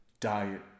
diet